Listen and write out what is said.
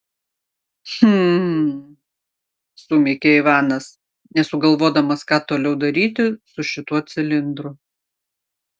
hm sumykė ivanas nesugalvodamas ką toliau daryti su šituo cilindru